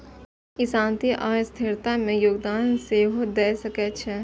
ई शांति आ स्थिरता मे योगदान सेहो दए सकै छै